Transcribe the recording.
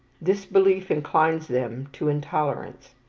this belief inclines them to intolerance.